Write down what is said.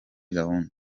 gahunda